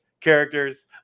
characters